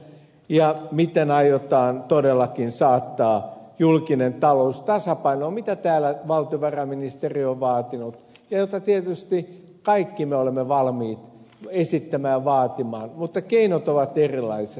ja miten aiotaan todellakin saattaa julkinen talous tasapainoon mitä täällä valtiovarainministeriö on vaatinut ja mitä tietysti kaikki me olemme valmiit esittämään vaatimaan mutta keinot ovat erilaiset